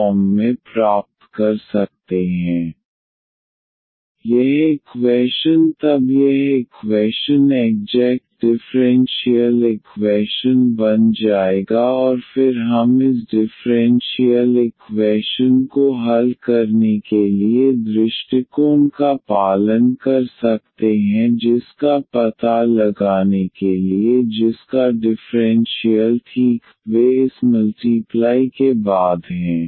एक और उदाहरण हम लेते हैं 2xy4ey2xy3ydxx2y4ey x2y2 3xdy0 with what this M2xy4ey2xy3y Nx2y4ey x2y2 3x ∂M∂y8xy3ey2xy4ey6xy21 ∂N∂x2xy4ey 2xy2 3 ∂N∂x ∂M∂y 8xy3ey 8xy2 4 42xy3ey2xy21 4y2xy4ey2xy3y 4yM इसके साथ क्या M2xy4ey2xy3y Nx2y4ey x2y2 3x ∂M∂y8xy3ey2xy4ey6xy21 ∂N∂x2xy4ey 2xy2 3 ∂N∂x ∂M∂y 8xy3ey 8xy2 4 42xy3ey2xy21 4y2xy4ey2xy3y integrating factor e 4ydyy 4 यह equation तब यह equation exact differential equation बन जाएगा और फिर हम इस डिफ़्रेंशियल इक्वैशन को हल करने के लिए दृष्टिकोण का पालन कर सकते हैं जिसका पता लगाने के लिए जिसका डिफ़्रेंशियल ठीक वे इस मल्टीप्लाइ के बाद हैं